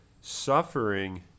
suffering